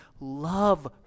love